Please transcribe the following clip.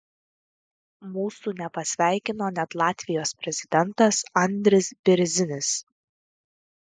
mūsų nepasveikino net latvijos prezidentas andris bėrzinis